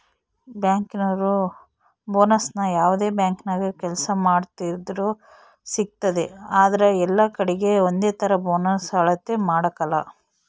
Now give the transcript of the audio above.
ಬ್ಯಾಂಕಿನೋರು ಬೋನಸ್ನ ಯಾವ್ದೇ ಬ್ಯಾಂಕಿನಾಗ ಕೆಲ್ಸ ಮಾಡ್ತಿದ್ರೂ ಸಿಗ್ತತೆ ಆದ್ರ ಎಲ್ಲಕಡೀಗೆ ಒಂದೇತರ ಬೋನಸ್ ಅಳತೆ ಮಾಡಕಲ